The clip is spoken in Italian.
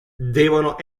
devono